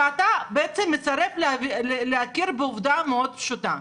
ואתה בעצם מסרב להכיר בעובדה מאוד פשוטה,